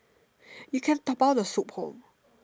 you can dabao the soup home